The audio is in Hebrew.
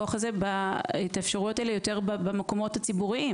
נשמרת האפשרות לאותו רופא שמקבל על עצמו את האחריות